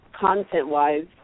content-wise